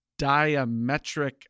diametric